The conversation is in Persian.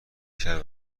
کرد